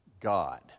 God